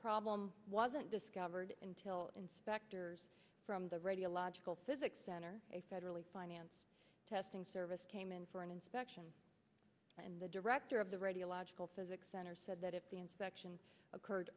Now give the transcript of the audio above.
problem wasn't discovered until inspectors from the radiological physics center a federally financed testing service came in for an inspection and the director of the radiological physics center said that if the inspection occurred